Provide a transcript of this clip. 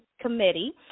Committee